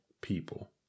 people